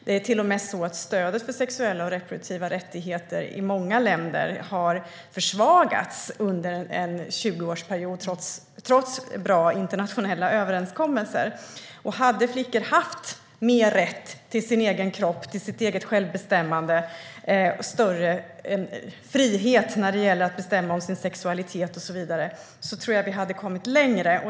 Det är till och med så att stödet för sexuella och reproduktiva rättigheter i många länder har försvagats under en 20-årsperiod, trots bra internationella överenskommelser. Hade flickor haft mer rätt till självbestämmande, sin egen kropp och större frihet att bestämma om sin sexualitet och så vidare, tror jag att vi hade kommit längre.